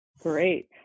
Great